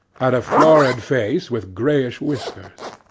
had a florid face with grayish whiskers.